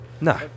No